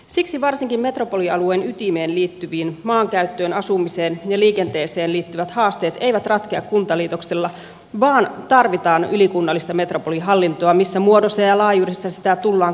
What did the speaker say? siksi varsinkin metropolialueen ytimeen liittyviin maankäyttöön asumiseen ja liikenteeseen liittyvät haasteet eivät ratkea kuntaliitoksilla vaan tarvitaan ylikunnallista metropolihallintoa missä muodossa ja laajuudessa sitä tullaankaan tekemään